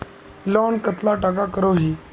Loan कतला टाका करोही?